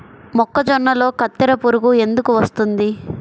మొక్కజొన్నలో కత్తెర పురుగు ఎందుకు వస్తుంది?